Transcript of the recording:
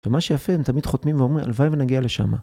ומה שיפה הם תמיד חותמים ואומרים הלוואי ונגיע לשם.